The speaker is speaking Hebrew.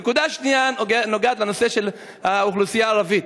הנקודה השנייה נוגעת לנושא של האוכלוסייה הערבית,